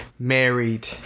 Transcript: married